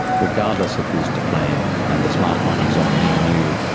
regardless of who's to blame and the smart money's on me and you,